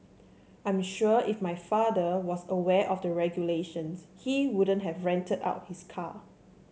I'm sure if my father was aware of the regulations he wouldn't have rented out his car